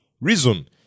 Reason